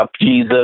Jesus